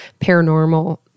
paranormal